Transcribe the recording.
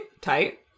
tight